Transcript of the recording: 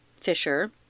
Fisher